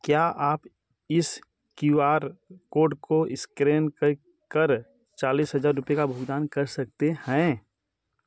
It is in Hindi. क्या आप इस क्यू आर कोड को स्क्रैन के कर चालीस हज़ार रुपये का भुगतान कर सकते हैं